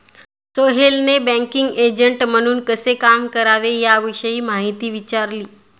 सोहेलने banking agent म्हणून कसे काम करावे याविषयी माहिती विचारली